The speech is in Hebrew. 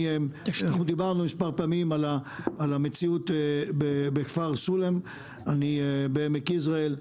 אנחנו דיברנו מספר פעמים על המציאות בכפר סולם בעמק יזרעאל.